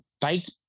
Baked